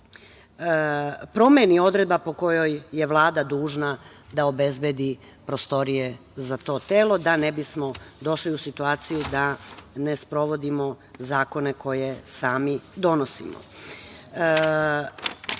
promeni odredba po kojoj je Vlada dužna da obezbedi prostorije za to telo, da ne bismo došli u situaciju da ne sprovodimo zakone koje sami donosimo. Inače,